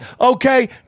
Okay